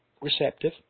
receptive